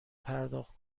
پرداخت